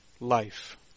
life